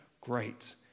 Great